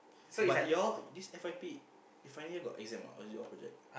but y'all this F_Y_P final year got exam or not or is it all project